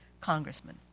congressman